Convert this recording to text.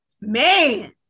Man